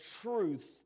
truths